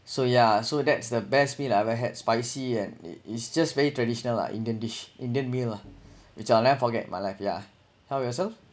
so yeah so that's the best meal I've ever had spicy and it's just very traditional lah indian dish indian meal lah which I'll never forget in my life yeah how about yourself